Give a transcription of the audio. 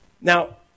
Now